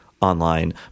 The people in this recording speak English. online